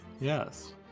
Yes